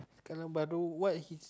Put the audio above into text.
sekarang baru what his